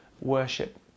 worship